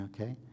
Okay